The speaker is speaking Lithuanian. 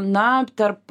na tarp